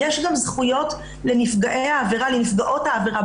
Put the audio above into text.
יש גם זכויות לנפגעות העבירה.